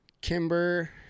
Kimber